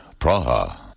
Praha